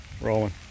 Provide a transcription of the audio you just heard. Rolling